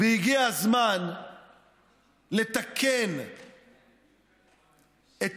והגיע הזמן לתקן את